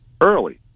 early